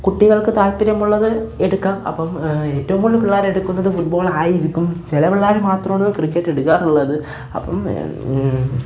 കുട്ടികള്ക്ക് താത്പര്യം ഉള്ളത് എടുക്കാം അപ്പോൾ ഏറ്റവും കൂടുതല് പിള്ളേരെടുക്കുന്നത് ഫുട്ബോളായിരിക്കും ചില പിള്ളേർ മാത്രമാണ് ക്രിക്കറ്റ് എടുക്കാറുള്ളത് അപ്പം